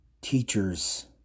teachers